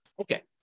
okay